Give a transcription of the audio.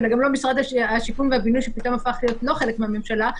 וגם לא משרד השיכון והבינוי שפתאום הפך להיות לא חלק מהממשלה,